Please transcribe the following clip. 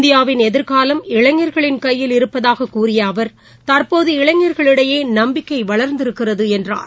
இந்தியாவின் எதிர்காலம் இளைஞர்களின் கையில் இருப்பதாக கூறிய அவர் தற்போது இளைஞர்களிடையே நம்பிக்கை வளர்ந்திருக்கிறது என்றார்